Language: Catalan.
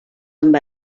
amb